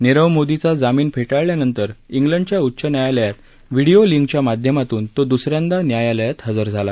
नीरव मोदीचा जामीन फेटाळल्यानंतर इंग्लंडच्या उच्च न्यायालयात व्हीडीयो लिंकच्या माध्यमातून तो द्स यांदा न्यायालयात हजर झाला